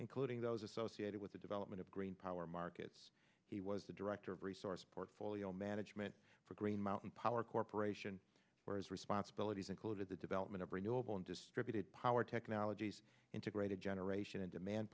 including those associated with the development of green power markets he was the director of resource portfolio management for green mountain power corporation where his responsibilities included the development of renewable and distributed power technologies integrated generation in demand